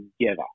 together